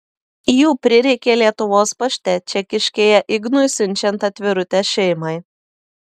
jų prireikė lietuvos pašte čekiškėje ignui siunčiant atvirutę šeimai